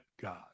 God